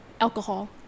alcohol